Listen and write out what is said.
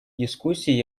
дискуссии